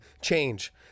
change